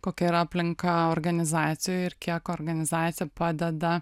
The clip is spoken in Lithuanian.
kokia yra aplinka organizacijoj ir kiek organizacija padeda